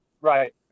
Right